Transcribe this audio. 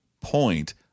point